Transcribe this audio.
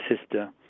sister